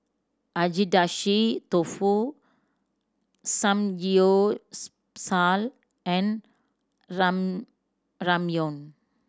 Agedashi Dofu and Ramyeon